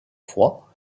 fois